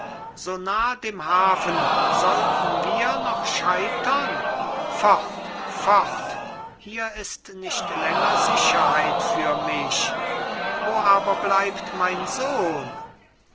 so nah dem hafen sollten wir noch scheitern fort fort hier ist nicht länger sicherheit für mich wo aber bleibt mein sohn